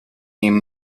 name